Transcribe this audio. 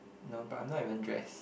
no but I'm not even dressed